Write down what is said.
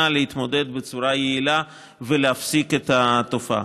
להתמודד בצורה יעילה ולהפסיק את התופעה.